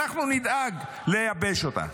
אנחנו נדאג לייבש אותה.